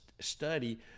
study